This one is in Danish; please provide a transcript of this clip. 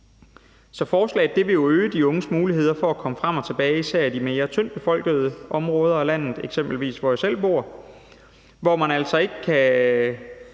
Så forslaget vil jo øge de unges muligheder for at komme frem og tilbage, især i de mere tyndtbefolkede områder af landet, eksempelvis der, hvor jeg selv bor, hvor man altså ikke kan